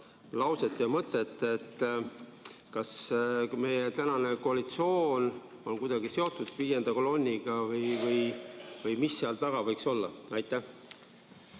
lauset ja mõtet? Kas meie tänane koalitsioon on kuidagi seotud viienda kolonniga või mis seal taga võiks olla? Hea